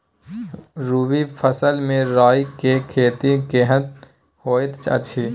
रबी फसल मे राई के खेती केहन होयत अछि?